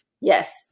Yes